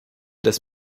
des